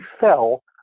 fell